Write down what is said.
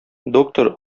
доктор